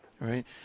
Right